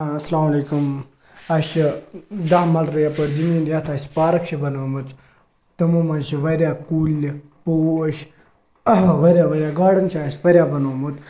اَسَلامُ علیکُم اَسہِ چھِ داہ ملرِ یَپٲرۍ زٔمیٖن یَتھ اَسہِ پارَک چھِ بَنٲومٕژ تِمو منٛز چھِ واریاہ کُلۍ پوش واریاہ واریاہ گاڈَن چھِ اَسہِ واریاہ بَنومُت